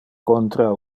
contra